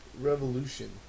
Revolution